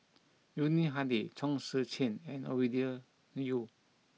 Yuni Hadi Chong Tze Chien and Ovidia Yu